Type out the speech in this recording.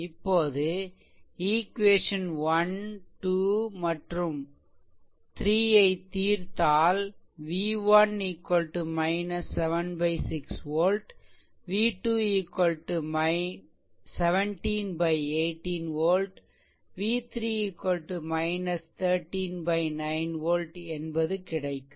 இப்போது ஈக்வேசன்1 2 மற்றும் 3 ஐ தீர்த்தால் v1 7 6 volt v2 17 18 volt v3 13 9 volt என்பது கிடைக்கும்